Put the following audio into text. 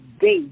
day